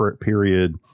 period